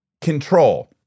control